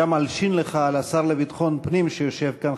וגם אלשין לך על השר לביטחון פנים שיושב כאן,